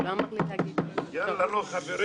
נא להקריא את החוק.